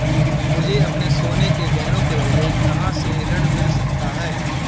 मुझे अपने सोने के गहनों के बदले कहां से ऋण मिल सकता है?